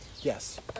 Yes